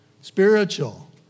spiritual